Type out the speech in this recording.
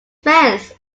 friends